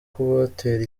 kubatera